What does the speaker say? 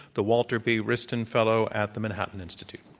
the walter b. wriston fellow at the manhattan institute.